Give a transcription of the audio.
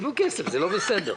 זה לא בסדר.